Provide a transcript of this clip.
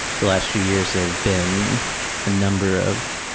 the last few years, there have been a number of,